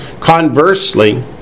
Conversely